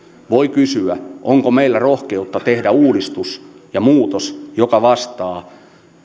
voi kysyä onko meillä rohkeutta tehdä uudistus ja muutos joka vastaa